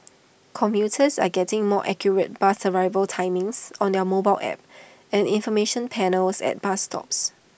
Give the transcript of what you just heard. commuters are getting more accurate bus arrival timings on their mobile apps and information panels at bus stops